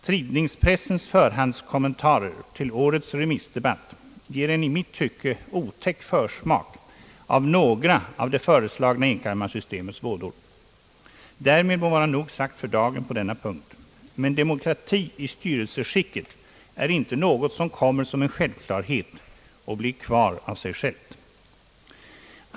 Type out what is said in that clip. Tidningspressens förhandskommentarer till årets remissdebatt ger en i mitt tycke otäck försmak av några av det föreslagna enkammarsystemets vådor. Därmed må vara nog sagt för dagen på denna punkt. Men demokrati i styrelseskicket är inte något som kommer som en självklarhet och blir kvar av sig självt.